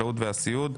החקלאות והסיעוד.